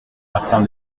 martin